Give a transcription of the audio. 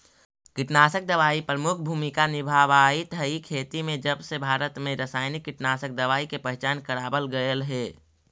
कीटनाशक दवाई प्रमुख भूमिका निभावाईत हई खेती में जबसे भारत में रसायनिक कीटनाशक दवाई के पहचान करावल गयल हे